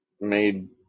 made